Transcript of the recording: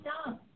stop